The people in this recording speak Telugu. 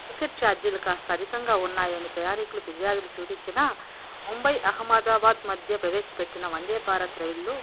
టికెట్టు చార్జీలు కాస్త అధికంగా ఉన్నాయని ప్రయాణికులు ఫిర్యాదులు చూపించిన ముంబై అహ్మదాబాద్ మధ్య ప్రవేశపెట్టిన వందే భారత్ రైళ్ళు